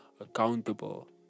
accountable